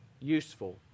useful